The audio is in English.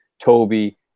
Toby